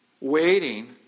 waiting